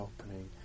opening